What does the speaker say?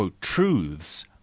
truths